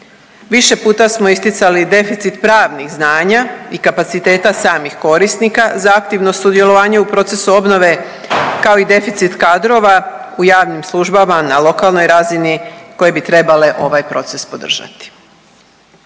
Više puta smo isticali deficit pravnih znanja i kapaciteta samih korisnika za aktivno sudjelovanje u procesu obnove, kao i deficit kadrova, u javnim službama, na lokalnoj razini, koje bi trebale ovaj proces podržati.